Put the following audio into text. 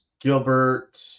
Gilbert